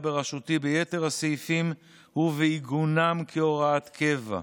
בראשותי ביתר הסעיפים ובעיגונם כהוראת קבע.